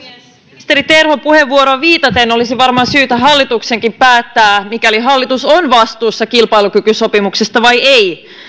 ministeri terhon puheenvuoroon viitaten olisi varmaan syytä hallituksenkin päättää onko hallitus vastuussa kilpailukykysopimuksesta vai ei